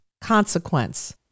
consequence